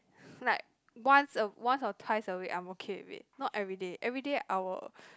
like once a once or twice a week I'm okay with it not everyday everyday I will